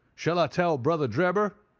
shall i tell brother drebber?